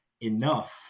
enough